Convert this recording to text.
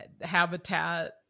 habitat